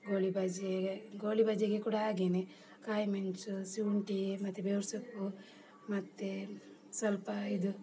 ಗೋಳಿಬಜೆ ಗೋಳಿಬಜೆಗೆ ಕೂಡ ಹಾಗೆಯೇ ಕಾಯಿಮೆಣಸು ಶುಂಠಿ ಮತ್ತು ಬೇವು ಸೊಪ್ಪು ಮತ್ತು ಸ್ವಲ್ಪ ಇದು